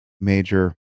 major